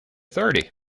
thirty